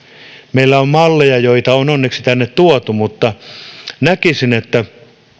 meillä on malleja joita on onneksi tänne tuotu mutta näkisin että